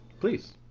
Please